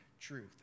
truth